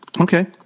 Okay